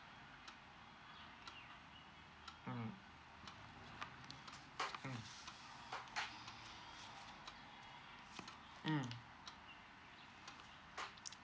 mm mm mm